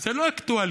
זה לא אקטואלי,